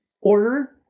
order